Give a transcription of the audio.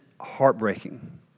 heartbreaking